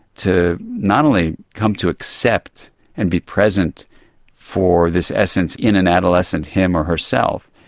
to not only come to accept and be present for this essence in an adolescent, him or herself,